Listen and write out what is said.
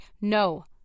No